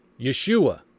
Yeshua